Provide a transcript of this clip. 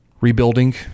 rebuilding